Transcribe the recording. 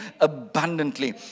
abundantly